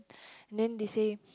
and then they say